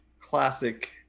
classic